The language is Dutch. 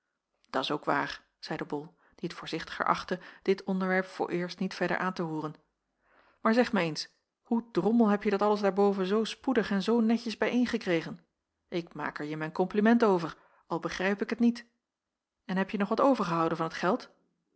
dat s ook waar zeide bol die t voorzichtiger achtte dit onderwerp vooreerst niet verder aan te roeren maar zeg mij eens hoe drommel hebje dat alles daarboven zoo spoedig en zoo netjes bijeengekregen ik maak er je mijn kompliment over al begrijp ik het niet en hebje nog wat overgehouden van het geld